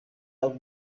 out